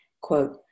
Quote